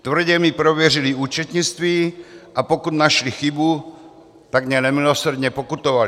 Tvrdě mi prověřili účetnictví, a pokud našli chybu, tak mě nemilosrdně pokutovali.